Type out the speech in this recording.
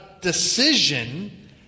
decision